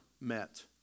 met